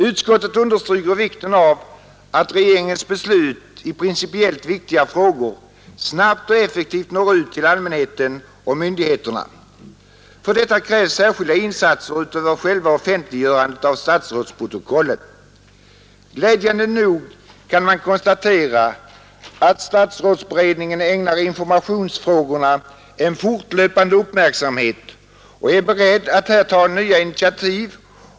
Utskottet understryker vikten av att regeringens beslut i principiellt viktiga frågor snabbt och effektivt når ut till allmänheten och myndigheterna. För detta krävs särskilda insatser utöver själva offentliggörandet av statsrådsprotokollen. Glädjande nog kan man konstatera att statsrådsberedningen ägnar informationsfrågorna en fortlöpande uppmärksamhet och är beredd att här ta nya initiativ.